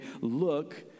look